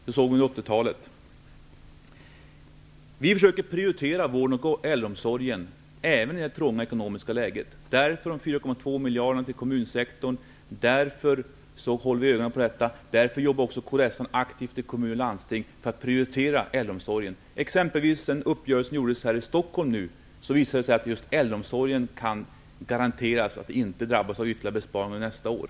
Det såg vi under 80 Vi försöker prioritera vården och äldreomsorgen även i det här trånga ekonomiska läget. Därför låter vi de 4,2 miljarderna vara kvar i kommunsektorn. Därför håller vi ögonen på detta. Kds jobbar också aktivt i kommun och landsting för att prioritera äldreomsorgen. I Stockholm träffades exempelvis en uppgörelse som innebar att just äldreomsorgen garanteras att inte drabbas av ytterligare besparingar under nästa år.